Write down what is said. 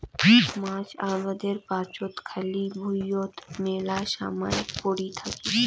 মাছ আবাদের পাচত খালি ভুঁইয়ত মেলা সমায় পরি থাকি